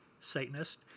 Satanist